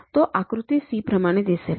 तो आकृती C प्रमाणे दिसेल